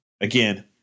again